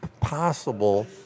possible